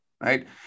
Right